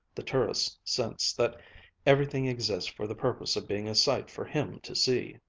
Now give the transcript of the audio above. the tourist's sense that everything exists for the purpose of being a sight for him to see.